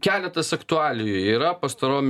keletas aktualijų yra pastarom